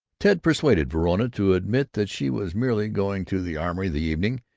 ted persuaded verona to admit that she was merely going to the armory, that evening,